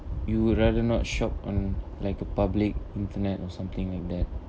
you would rather not shop on like a public internet or something like that